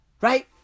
Right